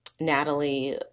Natalie